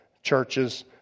churches